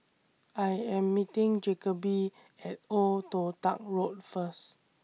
I Am meeting Jacoby At Old Toh Tuck Road First